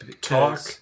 Talk